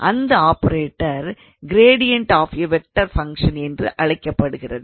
அந்த ஆபரேட்டரை gradient of a vector function என்று அழைக்கப்படுகிறது